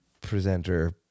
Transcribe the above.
presenter